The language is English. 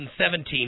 2017